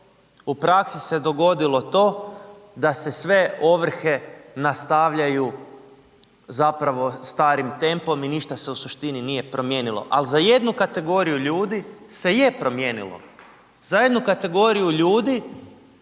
U praksi se dogodilo to da se sve ovrhe nastavljaju zapravo starim tempom i ništa se u suštini nije promijenilo. Al za jednu kategoriju ljudi se je promijenilo. Za jednu kategoriju ljudi